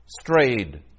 strayed